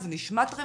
זה נשמע טריוויאלי,